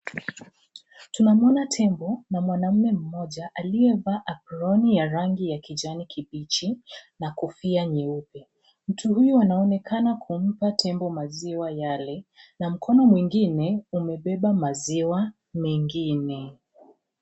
Tunamuona tembo na mwanaume mmoja aliyevaa aproni ya rangi ya kijani kibichi, na kofia nyeupe. Mtu huyo anaonekana kumpa tembo maziwa yale, na mkono mwingine umebeba maziwa mengine.